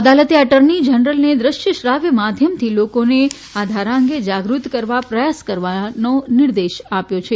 અદાલતે એટર્ની જનરલને દૃશ્ય શ્રાવ્ય માધ્યમથી લોકોને આ ધારા અંગે જાગૃત કરવા પ્રથાસ કરવાનો નિર્દેશ આપ્યો છે